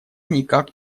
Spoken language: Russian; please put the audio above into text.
никак